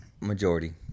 majority